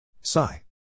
Sigh